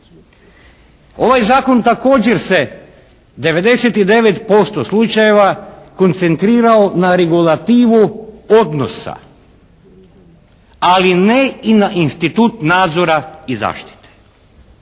Ovaj Zakon također se 99% slučajeva koncentrirao na regulativu odnosa, ali ne i na institut nadzora i zaštite.